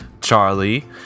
Charlie